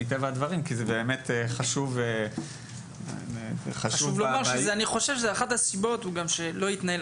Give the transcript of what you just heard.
כי זה באמת חשוב --- אני חושב שאחת הסיבות לכך היא שאף פעם לא התנהל